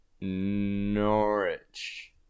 Norwich